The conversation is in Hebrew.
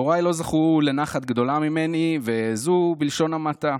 הוריי לא זכו לנחת גדולה ממני, וזה בלשון המעטה.